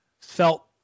felt